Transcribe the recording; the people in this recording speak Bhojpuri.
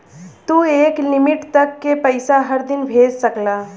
तू एक लिमिट तक के पइसा हर दिन भेज सकला